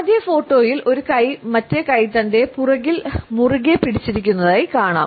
ആദ്യ ഫോട്ടോയിൽ ഒരു കൈ മറ്റേ കൈത്തണ്ടയെ പുറകിൽ മുറുകെ പിടിച്ചിരിക്കുന്നതായി കാണാം